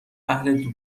اهل